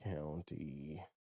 county